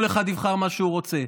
כל אחד יבחר מה שהוא רוצה.